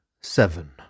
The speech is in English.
seven